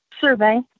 survey